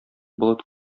болыт